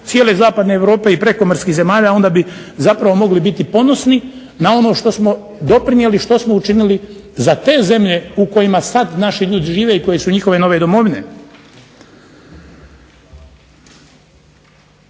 cijele zapadne Europe i prekomorskih zemalja onda bi zapravo mogli biti ponosni na ono što smo doprinijeli i što smo učinili za te zemlje u kojima sada naši ljudi žive i koje su njihove nove domovine.